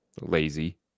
lazy